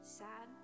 sad